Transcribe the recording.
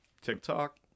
TikTok